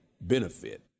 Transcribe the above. benefit